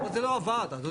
אבל זה לא עבד אדוני.